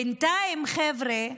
בינתיים, חבר'ה,